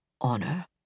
Honor